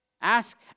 Ask